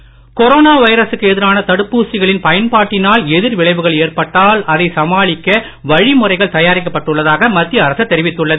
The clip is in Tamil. தடுப்பூசி கொரோனா வைரசுக்கு எதிரான தடுப்பூசிகளின் பயன்பாட்டினால் எதிர் விளைவுகள் ஏற்பட்டால் அதை சமாளிக்க வழிமுறைகள் தயாரிக்கப் பட்டுள்ளதாக மத்திய அரசு தெரிவித்துள்ளது